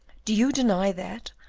do you deny that,